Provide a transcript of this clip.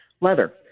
Leather